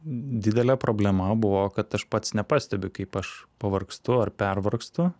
didelė problema buvo kad aš pats nepastebiu kaip aš pavargstu ar pervargstu